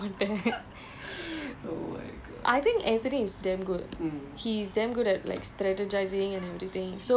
alliance னு சொல்லு:nu sollu then I was like dey dey dey நீ கிளம்பு கேளு நான் உன் கூட எல்லாம் விளையாட மாட்டேன்:ni kilambu kaelu naan un kuda ellaam vilayaada maatten